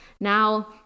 now